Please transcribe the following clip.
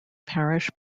parish